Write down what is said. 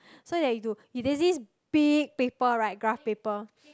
so that you've to is there's this big paper right graph paper